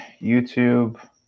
YouTube